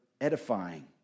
edifying